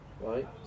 Right